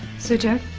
so jack,